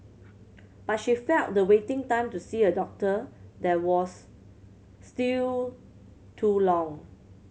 but she felt the waiting time to see a doctor there was still too long